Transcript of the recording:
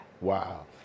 Wow